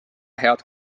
head